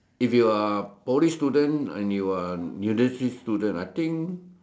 if you're Poly student and you're university student I think